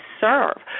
serve